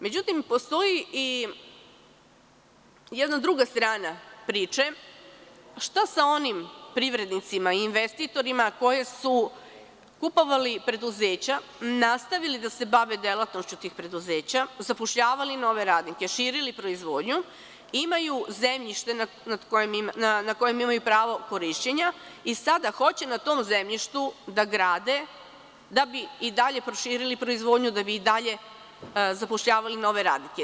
Međutim, postoji i jedna druga strana priče, šta sa onim privrednicima i investitorima koji su kupovali preduzeća, nastavili da se bave delatnošću tih preduzeća, zapošljavali nove radnike, širili proizvodnju, imaju zemljište nad kojim imaju pravo korišćenja i sada hoće na tom zemljištu da grade da bi i dalje proširili proizvodnju, da bi i dalje zapošljavali nove radnike?